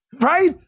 Right